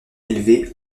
élevé